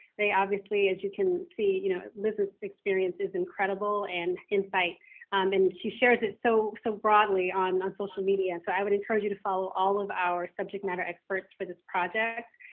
they obviously as you can see, you know, liz's experience is incredible. and and she shares it so so broadly on social media. and so i would encourage you to follow all of our subject matter experts for this project.